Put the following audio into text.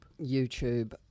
YouTube